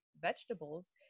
Vegetables